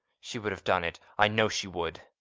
she would have done it. i know she would.